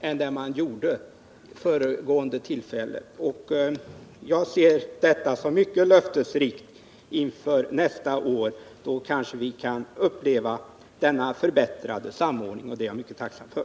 Jag ser dock utvecklingen inför nästa år som löftesrik. Kanske kan vi då uppleva en förbättrad samordning, något som jag vore mycket tacksam för.